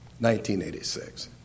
1986